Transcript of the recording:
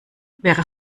wäre